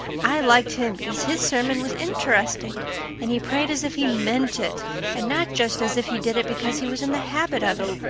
i liked him because his sermon was interesting and he prayed as if he meant it and not just as if he did it because he was in the habit of it.